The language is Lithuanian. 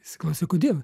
jisai klausia kodėl